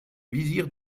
vizir